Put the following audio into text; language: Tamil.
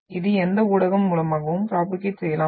இது எந்த ஊடகம் மூலமாகவும் ப்ரோபோகேட் செய்யலாம்